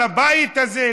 לבית הזה,